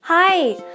Hi